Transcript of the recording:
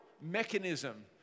mechanism